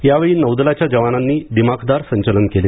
यावेळी नौदलाच्या जवानांनी दिमाखदार संचलन केलं